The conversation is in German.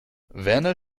werner